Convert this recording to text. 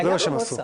זה מה שהם עשו.